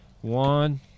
One